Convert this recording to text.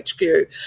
HQ